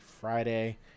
Friday